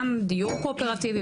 גם דיור קואופרטיבי,